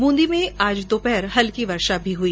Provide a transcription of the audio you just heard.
बूंदी में आज दोपहर हल्की वर्षा हुई